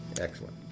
Excellent